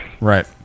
Right